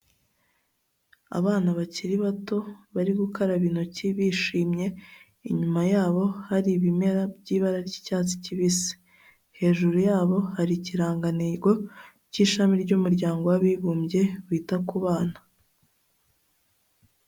Abana bakiri bato bari gukaraba intoki bishimye, inyuma yabo hari ibimera by'ibara ry'icyatsi kibisi, hejuru yabo hari ikirangantego cy'ishami ry'umuryango w'Abibumbye wita ku bana.